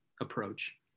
approach